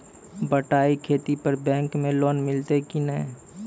बटाई खेती पर बैंक मे लोन मिलतै कि नैय?